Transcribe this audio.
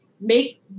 make